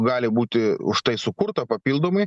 gali būti už tai sukurto papildomai